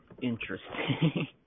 interesting